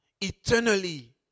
eternally